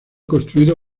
construido